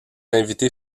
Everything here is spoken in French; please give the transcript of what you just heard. invités